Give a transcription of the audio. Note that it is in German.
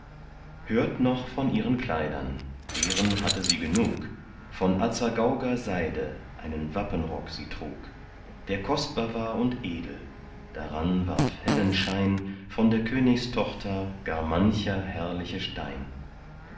hört noch von ihren kleidern deren hatte sie genug von azagauger seide einen wappenrock sie trug der kostbar war und edel daran warf hellen schein von der königstochter gar mancher herrliche stein